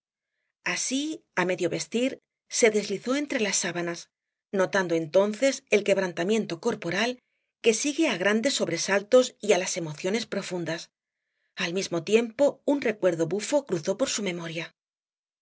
así á medio vestir se deslizó entre las sábanas notando entonces el quebrantamiento corporal que sigue á los grandes sobresaltos y á las emociones profundas al mismo tiempo un recuerdo bufo cruzó por su memoria